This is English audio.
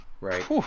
Right